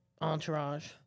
Entourage